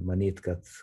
manyt kad